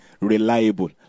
reliable